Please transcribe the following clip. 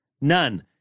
None